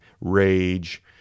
rage